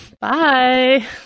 Bye